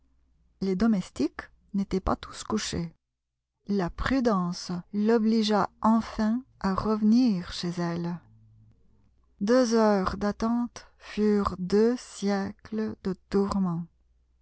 les domestiques n'étaient pas tous couchés la prudence l'obligea enfin à revenir chez elle deux heures d'attente furent deux siècles de tourments